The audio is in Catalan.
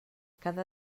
cada